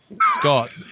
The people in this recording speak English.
Scott